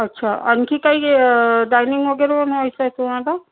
अच्छा आणखी काही डायनिंग वगैरे बनवायचं आहे तुम्हाला